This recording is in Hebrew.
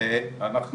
ואנחנו